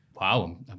wow